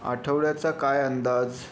आठवड्याचा काय अंदाज